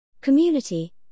Community